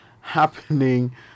happening